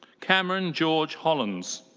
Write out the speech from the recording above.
cameron george hollands.